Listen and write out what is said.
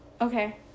okay